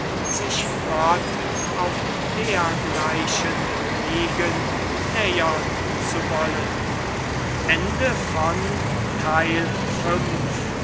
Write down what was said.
sich gott auf dergleichen wegen nähern zu wollen